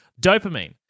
Dopamine